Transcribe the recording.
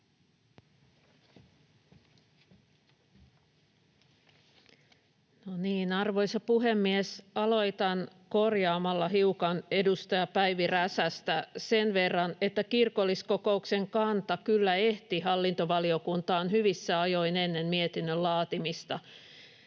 Arvoisa puhemies! Aloitan korjaamalla hiukan edustaja Päivi Räsästä sen verran, että kirkolliskokouksen kanta kyllä ehti hallintovaliokuntaan hyvissä ajoin ennen mietinnön laatimista